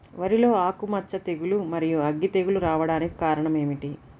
వరిలో ఆకుమచ్చ తెగులు, మరియు అగ్గి తెగులు రావడానికి కారణం ఏమిటి?